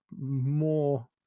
more